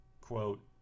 quote